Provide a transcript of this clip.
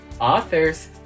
authors